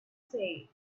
said